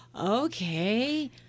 okay